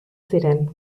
ziren